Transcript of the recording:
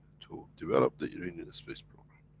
to develop the iranian space program.